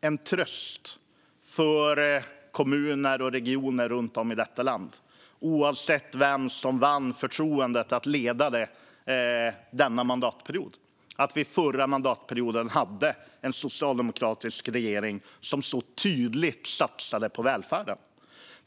en tröst för kommuner och regioner runt om i detta land, oavsett vem som vann förtroendet att leda det denna mandatperiod, att vi förra mandatperioden hade en socialdemokratisk regering som så tydligt satsade på välfärden.